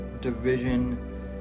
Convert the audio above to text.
division